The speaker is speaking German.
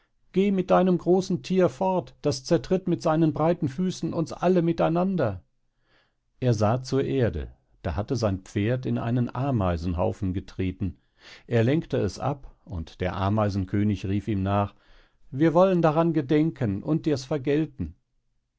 geh mit deinem großen thier fort das zertritt mit seinen breiten füßen uns alle miteinander er sah zur erde da hatte sein pferd in einen ameisenhaufen getreten er lenkte es ab und der ameisenkönig rief ihm nach wir wollen daran gedenken und dirs vergelten